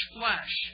flesh